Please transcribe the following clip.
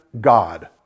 God